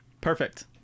perfect